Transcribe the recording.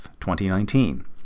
2019